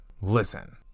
listen